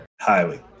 highly